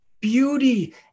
beauty